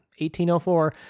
1804